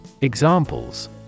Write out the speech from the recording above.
Examples